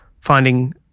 finding